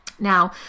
now